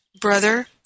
brother